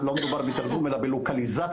לא מדובר בתרגום אלא בלוקליזציה,